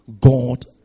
God